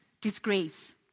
disgrace